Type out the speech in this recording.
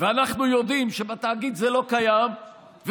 אנחנו יודעים שבתאגיד זה לא קיים,